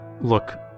look